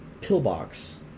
pillbox